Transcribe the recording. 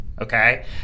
okay